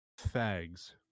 fags